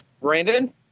Brandon